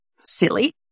silly